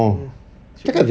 ya